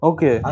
Okay